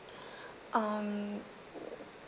um